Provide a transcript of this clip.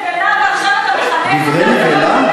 דברי נבלה, ועכשיו אתה, דברי נבלה?